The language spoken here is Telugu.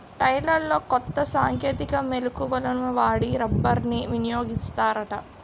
టైర్లలో కొత్త సాంకేతిక మెలకువలను వాడి రబ్బర్ని వినియోగిస్తారట